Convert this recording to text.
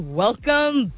welcome